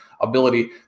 ability